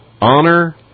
Honor